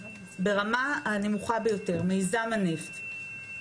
ברמה הנמוכה ביותר, מיזם הנפט.